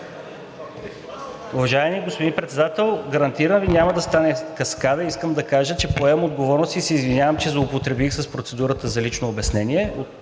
Уважаеми господин Председател, гарантирам Ви, няма да стане каскада. Искам да кажа, че поемам отговорност и се извинявам, че злоупотребих с процедурата за лично обяснение,